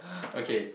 okay